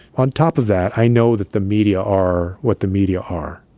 on top of that, i know that the media are what the media are.